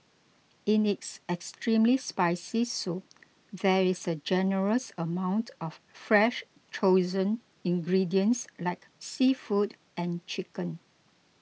in its extremely spicy soup there is a generous amount of fresh chosen ingredients like seafood and chicken